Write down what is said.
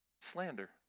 Slander